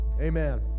amen